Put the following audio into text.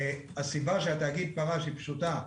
הסיבה שהתאגיד פרש היא פשוטה,